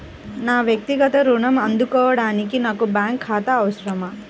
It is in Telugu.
నా వక్తిగత ఋణం అందుకోడానికి నాకు బ్యాంక్ ఖాతా అవసరమా?